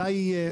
מתי יהיה?